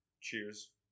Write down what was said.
cheers